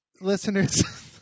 listeners